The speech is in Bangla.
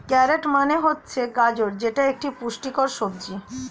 ক্যারোট মানে হচ্ছে গাজর যেটি একটি পুষ্টিকর সবজি